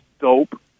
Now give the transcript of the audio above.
dope